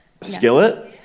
Skillet